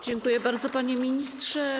Dziękuję bardzo, panie ministrze.